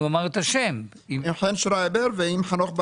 הוא אמר את השם --- עם חן שרייבר ועם חנוך בהגאון.